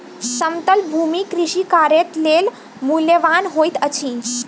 समतल भूमि कृषि कार्य लेल मूल्यवान होइत अछि